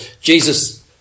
Jesus